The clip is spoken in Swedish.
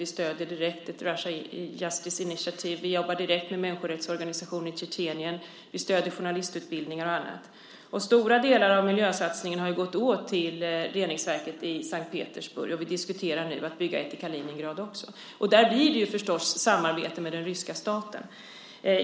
Vi ger direktstöd till Russian Justice Initiative, jobbar direkt med människorättsorganisationer i Tjetjenien och stöder journalistutbildningar och annat. Av miljösatsningen har stora delar gått till reningsverket i Sankt Petersburg, och nu diskuterar vi att bygga ett även i Kaliningrad. Där blir det förstås fråga om ett samarbete med den ryska staten.